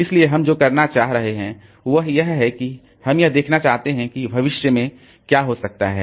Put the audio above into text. इसलिए हम जो करना चाह रहे हैं वह यह है कि हम यह देखना चाहते हैं कि भविष्य में क्या हो सकता है